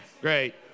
great